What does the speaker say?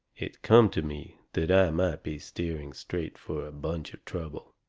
it come to me that i might be steering straight fur a bunch of trouble.